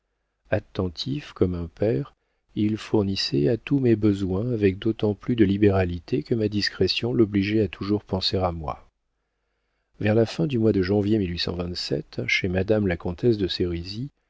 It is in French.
attentif comme un père il fournissait à tous mes besoins avec d'autant plus de libéralité que ma discrétion l'obligeait à toujours penser à moi vers la fin du mois de janvier chez madame la comtesse de